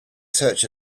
search